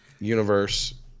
universe